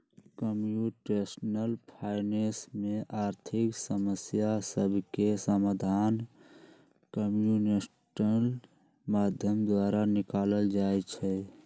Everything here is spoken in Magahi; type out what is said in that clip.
कंप्यूटेशनल फाइनेंस में आर्थिक समस्या सभके समाधान कंप्यूटेशनल माध्यम द्वारा निकालल जाइ छइ